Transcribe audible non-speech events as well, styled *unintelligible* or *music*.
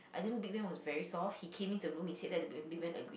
*unintelligible*